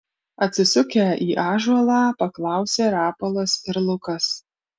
atsisukę į ąžuolą paklausė rapolas ir lukas